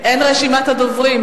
אין רשימת דוברים.